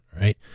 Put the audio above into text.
right